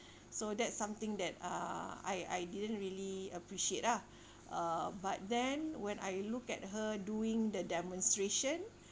so that's something that uh I I didn't really appreciate lah uh but then when I look at her doing the demonstration